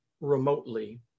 remotely